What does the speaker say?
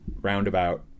roundabout